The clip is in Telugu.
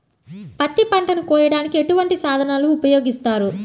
పత్తి పంటను కోయటానికి ఎటువంటి సాధనలు ఉపయోగిస్తారు?